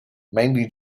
mainly